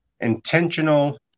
intentional